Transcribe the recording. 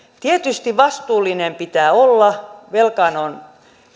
tietysti vastuullinen pitää olla kun velkaan on